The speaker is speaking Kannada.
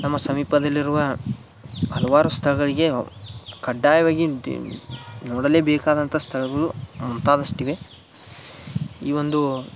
ನಮ್ಮ ಸಮೀಪದಲ್ಲಿರುವ ಹಲವಾರು ಸ್ಥಳಗಳಿಗೆ ಕಡ್ಡಾಯವಾಗಿ ದ್ ನೋಡಲೇಬೇಕಾದಂಥ ಸ್ಥಳಗಳು ಮುಂತಾದಷ್ಟಿವೆ ಈ ಒಂದು